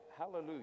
hallelujah